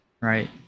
Right